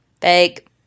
fake